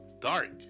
dark